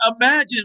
imagine